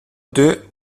deux